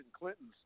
Clinton's